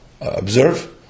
observe